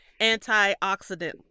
antioxidant